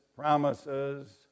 Promises